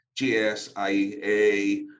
GSIA